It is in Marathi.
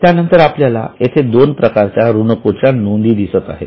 त्यानंतर आपल्याला येथे दोन प्रकारच्या ऋणकोच्या नोंदी दिसत आहेत